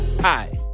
Hi